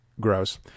Gross